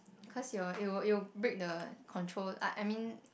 cause your it will it will break the control I I mean